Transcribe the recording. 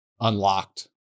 unlocked